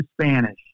Spanish